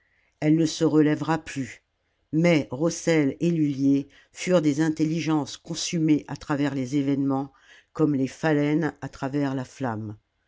elle ne se relèvera plus mais rossel et lullier furent des intelligences consumées à travers les événements comme les phalènes à travers la flamme